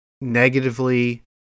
negatively